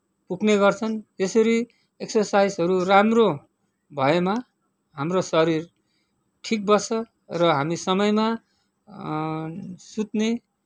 पुग्ने गर्छन् यसरी एक्सरसाइजहरू राम्रो भएमा हाम्रो शरीर ठिक बस्छ र हामी समयमा सुत्ने